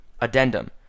Addendum